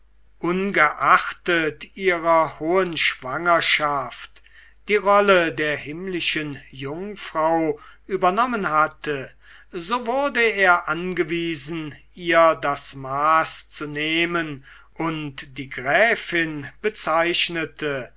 ungeachtet ihrer hohen schwangerschaft die rolle der himmlischen jungfrau übernommen hatte so wurde er angewiesen ihr das maß zu nehmen und die gräfin bezeichnete